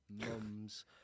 mums